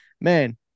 man